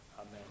amen